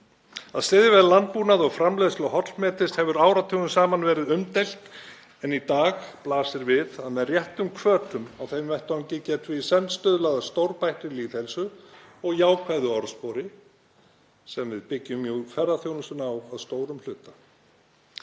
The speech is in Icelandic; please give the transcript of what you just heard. Að styðja við landbúnað og framleiðslu hollmetis hefur áratugum saman verið umdeilt en í dag blasir við að með réttum hvötum á þeim vettvangi getum við í senn stuðlað að stórbættri lýðheilsu og jákvæðu orðspori sem við byggjum mjög ferðaþjónustuna á að stórum hluta.